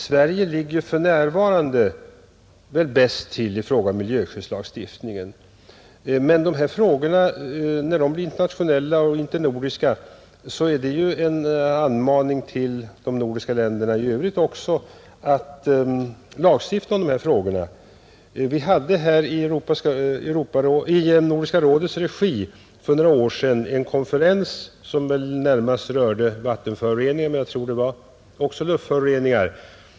Sverige ligger väl för närvarande bäst till i fråga om miljöskyddslagstiftningen, men när de här frågorna blir internationella och internordiska är det ju en anmaning till de nordiska länderna i övrigt att också lagstifta om dem. Vi hade för några år sedan i Nordiska rådets regi en konferens, som väl närmast rörde vattenföroreningar men, tror jag, också luftföroreningar.